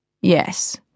Yes